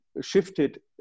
shifted